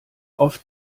oft